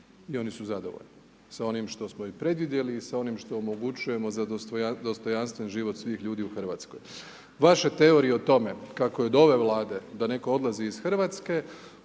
i oni su zadovoljni sa onim što smo i predvidjeli i s onim što omogućujemo za dostojanstven život svih ljudi u Hrvatskoj. Vaše teorije o tome kako je do ove Vlade da netko odlazi iz Hrvatske,